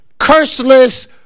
curseless